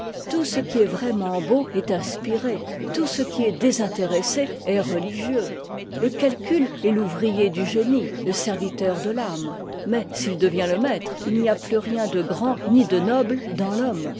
tout ce qui est vraiment beau est inspiré tout ce qui est désintéressé est religieux le calcul est l'ouvrier du génie le serviteur de l'âme mais s'il devient le maître il n'y a plus rien de grand ni de noble dans l'homme